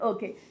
Okay